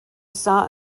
saw